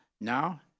Now